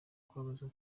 kubabaza